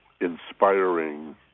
inspiring